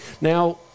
Now